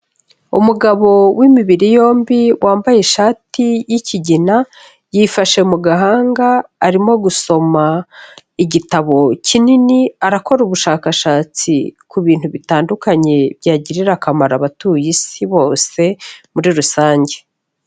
Umugabo w'imibiri yombi wambaye ishati y'ikigina yifashe mu gahanga arimo gusoma igitabo kinini, arakora ubushakashatsi ku bintu bitandukanye byagirira akamaro abatuye Isi bose muri rusange.